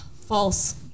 False